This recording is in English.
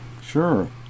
sure